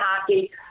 hockey